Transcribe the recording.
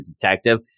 detective